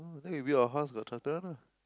oh then you build your house got transparent ah